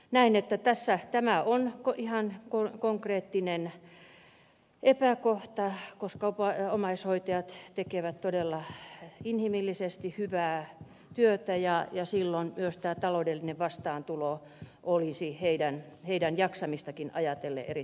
näen että tämä on ihan konkreettinen epäkohta koska omaishoitajat tekevät todella inhimillisesti hyvää työtä ja silloin myös tämä taloudellinen vastaantulo olisi heidän jaksamistaankin ajatellen erittäin tärkeää